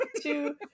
two